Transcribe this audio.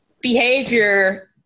behavior